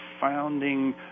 founding